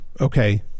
Okay